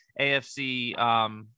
AFC –